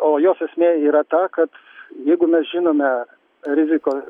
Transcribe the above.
o jos esmė yra ta kad jeigu mes žinome riziką